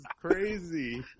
crazy